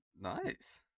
Nice